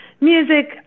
music